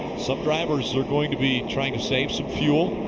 some drivers are going to be trying to save some fuel.